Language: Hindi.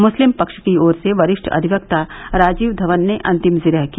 मुस्लिम पक्ष की ओर से वरिष्ठ अधिवक्ता राजीव धवन ने अंतिम जिरह की